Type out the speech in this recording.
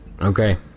Okay